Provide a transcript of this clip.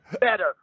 better